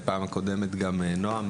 בפעם הקודמת גם נעם,